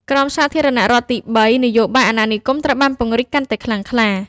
ក្រោមសាធារណរដ្ឋទីបី នយោបាយអាណានិគមត្រូវបានពង្រីកកាន់តែខ្លាំងក្លា។